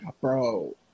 Bro